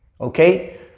Okay